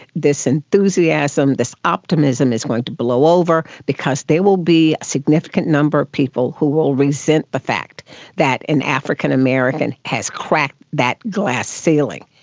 this enthusiasm, this optimism is going to blow over because there will be a significant number of people who will resent the fact that an african american has cracked that glass ceiling,